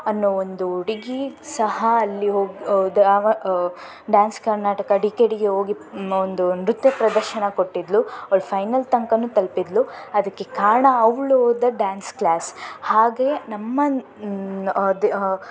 ಅನ್ನೋ ಒಂದು ಹುಡುಗಿ ಸಹ ಅಲ್ಲಿ ಡಾನ್ಸ್ ಕರ್ನಾಟಕ ಡಿ ಕೆ ಡಿಗೆ ಹೋಗಿ ಮ್ ಒಂದು ನೃತ್ಯ ಪ್ರದರ್ಶನ ಕೊಟ್ಟಿದ್ಲು ಅವಳು ಫೈನಲ್ ತನಕಾನು ತಲುಪಿದ್ಲು ಅದಕ್ಕೆ ಕಾರಣ ಅವಳು ಹೋದ ಡಾನ್ಸ್ ಕ್ಲಾಸ್ ಹಾಗೇ ನಮ್ಮ